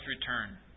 return